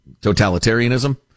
totalitarianism